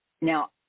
Now